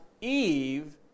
Eve